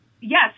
yes